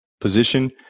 position